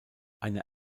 eine